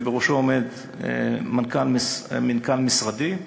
שבראשו עומד מנכ"ל משרדי,